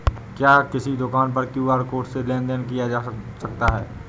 क्या किसी दुकान पर क्यू.आर कोड से लेन देन देन किया जा सकता है?